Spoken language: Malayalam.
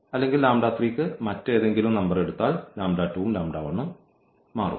അല്ലെങ്കിൽ ക്ക് മറ്റേതെങ്കിലും നമ്പർ എടുത്താൽ ഉം ഉം മാറും